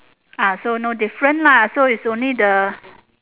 ah so no different lah so is only the